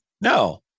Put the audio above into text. No